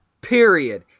period